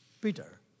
Peter